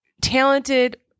talented